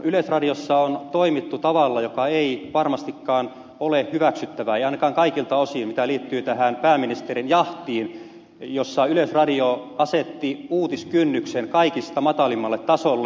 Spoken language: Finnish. yleisradiossa on toimittu tavalla joka ei varmastikaan ole hyväksyttävää ei ainakaan kaikilta osin mitä liittyy tähän pääministerin jahtiin jossa yleisradio asetti uutiskynnyksen kaikista matalimmalle tasolle